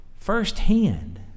firsthand